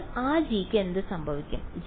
അപ്പോൾ ആ g ക്ക് എന്ത് സംഭവിക്കും